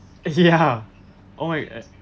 ya all it as